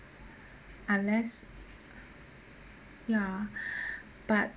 unless ya but